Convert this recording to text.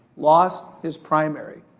lost his primary.